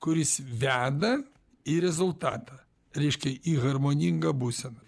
kuris veda į rezultatą reiškia į harmoningą būseną